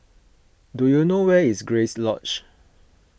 do you know where is Grace Lodge